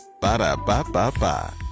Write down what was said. Ba-da-ba-ba-ba